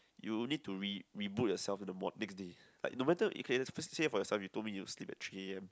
you need to re~ reboot yourself in the mor~ next day like no matter okay let's see it for yourself you told me you sleep at three a_m